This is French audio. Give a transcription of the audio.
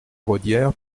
raudière